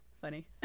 Funny